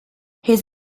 his